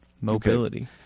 Mobility